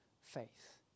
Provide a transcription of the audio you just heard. faith